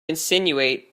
insinuate